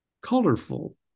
colorful